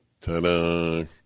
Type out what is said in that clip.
Ta-da